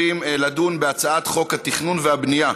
חוק התכנון והבנייה